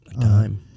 Time